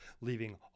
leaving